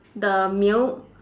the male